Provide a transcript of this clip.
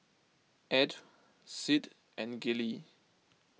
Edw Sid and Gillie